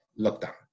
lockdown